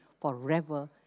forever